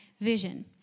vision